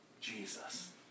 Jesus